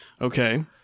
Okay